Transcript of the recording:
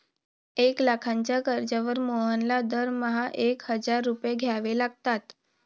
एक लाखाच्या कर्जावर मोहनला दरमहा एक हजार रुपये द्यावे लागतात